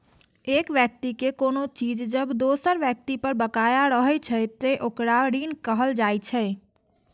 एक व्यक्ति के कोनो चीज जब दोसर व्यक्ति पर बकाया रहै छै, ते ओकरा ऋण कहल जाइ छै